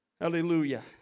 Hallelujah